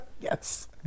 yes